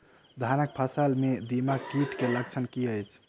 धानक फसल मे दीमक कीट केँ लक्षण की अछि?